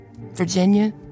Virginia